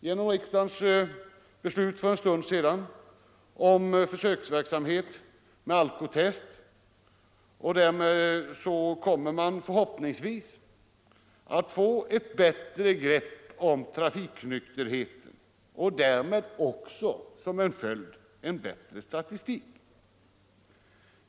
Genom riksdagens beslut för en stund sedan om en försöksverksamhet med alkotest kommer man förhoppningsvis att få ett bättre grepp om trafiknykterheten och därmed också en bättre statistik.